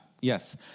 yes